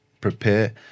prepare